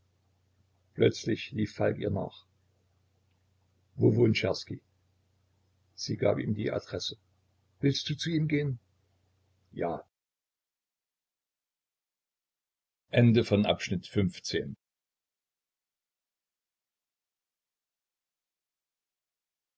plötzlich lief falk ihr nach wo wohnt czerski sie gab ihm die adresse willst du zu ihm gehen ja